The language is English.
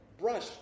brush